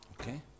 Okay